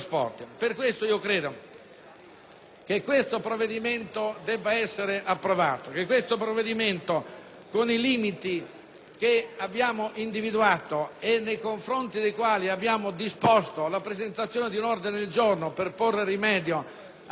che il provvedimento debba essere approvato. Pur con i limiti che abbiamo individuato e nei confronti dei quali abbiamo disposto la presentazione di un ordine del giorno per porre rimedio all'emendamento all'articolo 1,